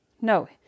No